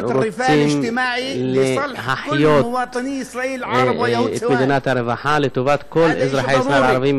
רוצים להחיות את מדינת הרווחה לטובת כל אזרחי ישראל,